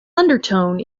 undertone